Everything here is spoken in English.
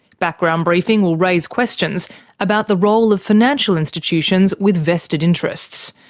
background briefing will raise questions about the role of financial institutions with vested interests.